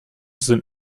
sind